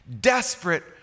desperate